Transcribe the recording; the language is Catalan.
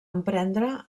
emprendre